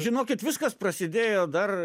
žinokit viskas prasidėjo dar